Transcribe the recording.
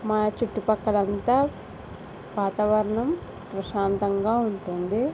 మా చుట్టు పక్కల అంతా వాతావరణం ప్రశాంతంగా ఉంటుంది